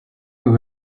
who